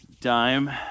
dime